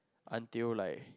until like